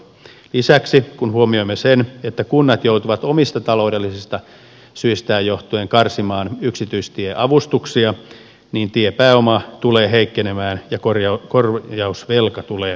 lisäksi kun huomioimme sen että kunnat joutuvat omista taloudellisista syistään johtuen karsimaan yksityistieavustuksia niin tiepääoma tulee heikkenemään ja korjausvelka tulee kasvamaan